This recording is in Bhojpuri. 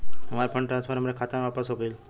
हमार फंड ट्रांसफर हमरे खाता मे वापस हो गईल